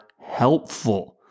helpful